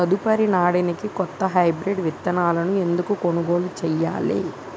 తదుపరి నాడనికి కొత్త హైబ్రిడ్ విత్తనాలను ఎందుకు కొనుగోలు చెయ్యాలి?